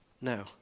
No